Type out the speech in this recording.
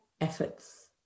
efforts